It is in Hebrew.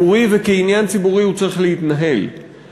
והוא צריך להתנהל כעניין ציבורי.